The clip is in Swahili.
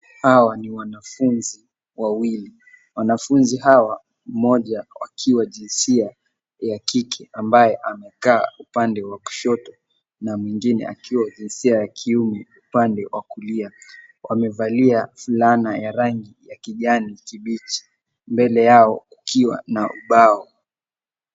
Hawa ni wanafunzi wawili. Wanafunzi hawa mmoja akiwa jinisa ya kike ambaye amekaa upande wa kushoto na mwingine akiwa jinsia ya kiume upande wa kulia, wamevalia fulana ya rangi ya kijani kibichi mbele yao kukiwa na ubao.